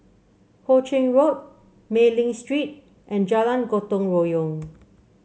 Ho Ching Road Mei Ling Street and Jalan Gotong Royong